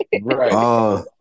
Right